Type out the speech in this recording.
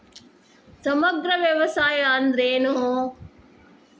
ಸಮಗ್ರ ವ್ಯವಸಾಯ ಅಂದ್ರ ಏನು?